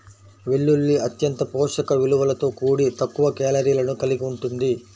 వెల్లుల్లి అత్యంత పోషక విలువలతో కూడి తక్కువ కేలరీలను కలిగి ఉంటుంది